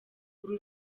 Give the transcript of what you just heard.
uru